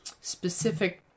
specific